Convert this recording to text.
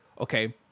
okay